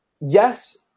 yes